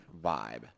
vibe